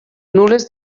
nul·les